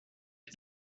des